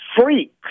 freaks